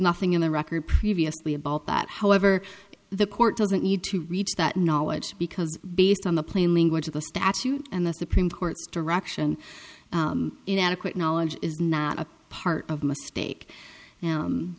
nothing in the record previously about that however the court doesn't need to reach that knowledge because based on the plain language of the statute and the supreme court's direction inadequate knowledge is not a part of the mistake